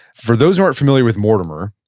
for those who aren't familiar with mortimer,